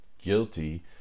guilty